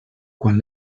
quan